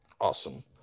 Awesome